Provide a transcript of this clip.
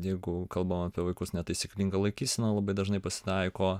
jeigu kalbam apie vaikus netaisyklinga laikysena labai dažnai pasitaiko